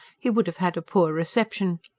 he would have had a poor reception.